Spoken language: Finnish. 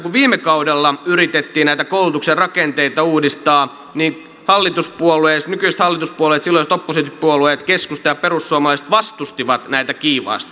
kun viime kaudella yritettiin näitä koulutuksen rakenteita uudistaa niin nykyiset hallituspuolueet silloiset oppositiopuolueet keskusta ja perussuomalaiset vastustivat näitä kiivaasti